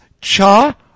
Cha